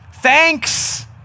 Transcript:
thanks